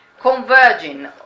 Converging